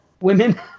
Women